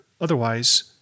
otherwise